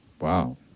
Wow